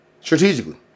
strategically